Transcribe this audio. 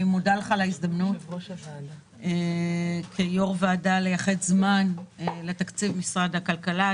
אני מודה לך על ההזדמנות כיו"ר ועדה לייחד זמן לתקציב משרד הכלכלה,